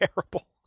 Terrible